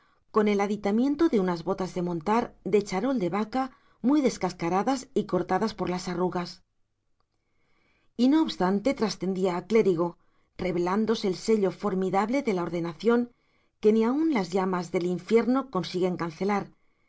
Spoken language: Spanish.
con el aditamento de unas botas de montar de charol de vaca muy descascaradas y cortadas por las arrugas y no obstante trascendía a clérigo revelándose el sello formidable de la ordenación que ni aun las llamas del infierno consiguen cancelar